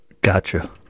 gotcha